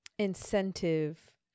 incentive